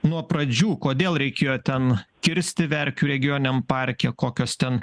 nuo pradžių kodėl reikėjo ten kirsti verkių regioniniam parke kokios ten